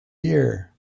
year